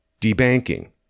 debanking